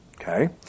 Okay